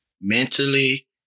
mentally